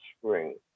spring